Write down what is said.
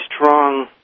strong